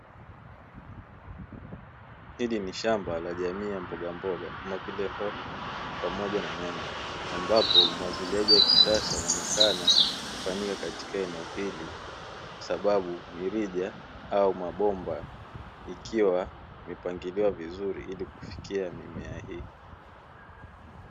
Hili ni shamba la jamii ya mbogamboga, kama vile hoho pamoja na nyanya, ambapo umwagiliaji wa kisasa unaonekana ukifanyika katika eneo hili, kwa sababu mirija au mabomba ikiwa imepangiliwa vizuri, ili kufikia mimea hii.